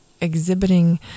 exhibiting